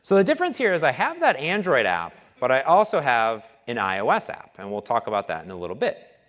so the difference here is i have that android app, but i also have an ios app. and we'll talk about that in a little bit.